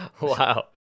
wow